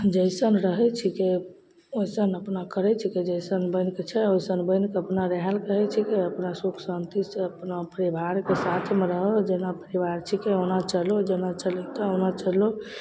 जइसन रहै छिकै ओइसन अपना करै छिकै जइसन बनिके छै ओइसन बनिके अपना रहैले कहै छिकै अपना सुख शान्तिसे अपना परिवारके साथमे रहऽ जेना परिवार छिकै ओना चलहो जेना चलैतऽ ओना चलहो